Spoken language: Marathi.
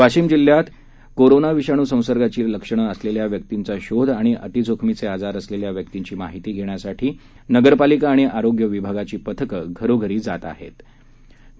वाशिम जिल्ह्यात कोरोना विषाणू संसर्गांची लक्षणं असलेल्या व्यक्तींचा शोध आणि अतिजोखमीचे आजार असलेल्या व्यक्तींची माहिती घेण्यासाठी नगरपालिका आणि आरोग्य विभागाची पथकं घरोघरी जाऊन आरोग्य तपासणी करत आहेत